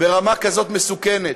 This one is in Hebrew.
ברמה כזאת מסוכנת,